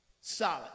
solid